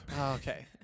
Okay